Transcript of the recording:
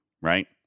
right